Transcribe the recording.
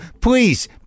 please